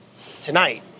tonight